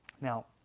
now